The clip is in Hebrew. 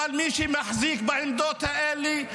אבל מי שמחזיק בעמדות האלה,